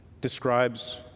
describes